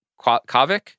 Kavik